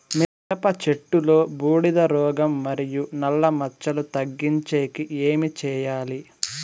మిరప చెట్టులో బూడిద రోగం మరియు నల్ల మచ్చలు తగ్గించేకి ఏమి చేయాలి?